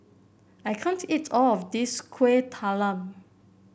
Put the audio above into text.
I can't eat all of this Kuih Talam